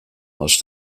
aus